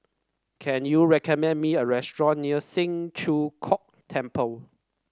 can you recommend me a restaurant near Siang Cho Keong Temple